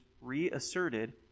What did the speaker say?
reasserted